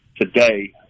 today